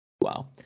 Wow